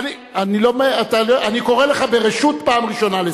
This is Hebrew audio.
אני קורא לך לסדר ברשות פעם ראשונה.